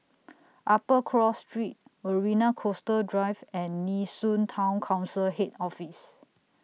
Upper Cross Street Marina Coastal Drive and Nee Soon Town Council Head Office